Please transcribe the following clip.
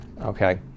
Okay